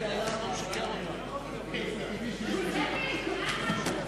הממשלה על רצונה להחיל דין רציפות על